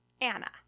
Anna